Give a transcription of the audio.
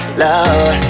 love